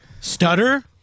stutter